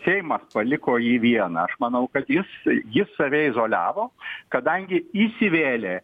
seimas paliko jį vieną aš manau kad jis jis save izoliavo kadangi įsivėlė